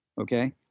Okay